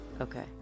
Okay